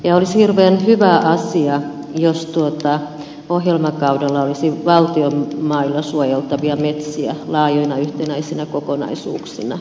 olisi hirveän hyvä asia jos ohjelmakaudella olisi valtion mailla suojeltavia metsiä laajoina yhtenäisinä kokonaisuuksina